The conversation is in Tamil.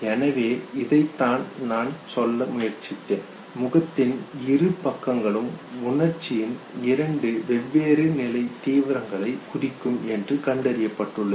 எனவே இதைத்தான் நான் சொல்ல முயற்சித்தேன் முகத்தின் இரு பக்கங்களும் உணர்ச்சியின் இரண்டு வெவ்வேறு நிலை தீவிரங்களைக் குறிக்கும் என்று கண்டறியப்பட்டுள்ளது